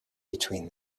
between